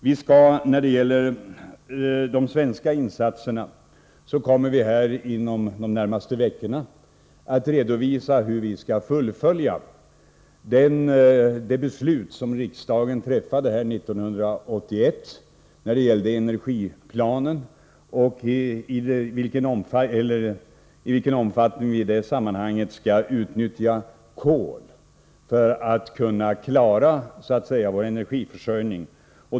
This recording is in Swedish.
Vad gäller de svenska insatserna kan jag nämna att vi inom de närmaste veckorna kommer att redovisa hur vi skall fullfölja det beslut som riksdagen fattade 1981 beträffande energiplanen och i vilken omfattning vi i det sammanhanget skall utnyttja kol för att klara vår energiförsörjning.